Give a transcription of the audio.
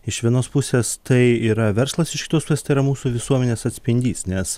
iš vienos pusės tai yra verslas iš kitos pusės tai yra mūsų visuomenės atspindys nes